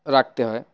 রাখতে হয়